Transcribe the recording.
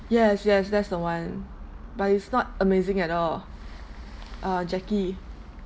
yes yes that's the one but it's not amazing at all uh jackie